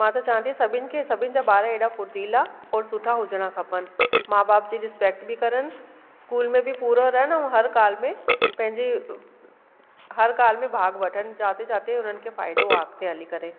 मां त चहियां थी सभिन खे सभिनि जा ॿार हेॾा फुर्तीला और सुठा हुजणा खपनि माउ बाप जी रिस्पैकट बि करण स्कूल में बि पूरो रहनि ऐं हर ॻाल्हि में पंहिंजी हर ॻाल्हि में भाग वठिन जाते जाते हुननि खे फ़ाइदो आहे अॻिते हली करे